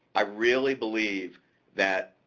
i really believe that,